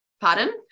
Pardon